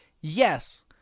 Yes